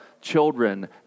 children